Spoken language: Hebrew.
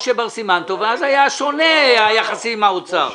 הוא היה משה בר סימן טוב ואז היחסים עם האוצר היו שונים.